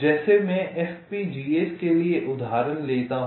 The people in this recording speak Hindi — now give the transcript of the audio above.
जैसे मैं FPGAs के लिए एक उदाहरण लेता हूं